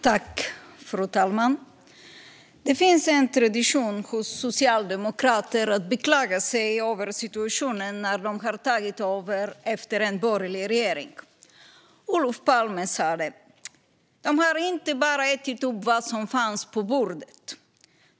Fru talman! Det finns en tradition hos socialdemokrater att beklaga sig över situationen när de har tagit över efter en borgerlig regering. Olof Palme sa: "De har inte bara ätit upp vad som fanns på bordet.